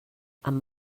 amb